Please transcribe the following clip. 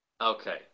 Okay